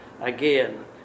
Again